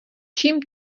čím